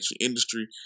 industry